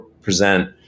present